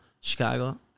Chicago